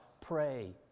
Pray